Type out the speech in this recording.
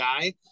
guy